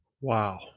Wow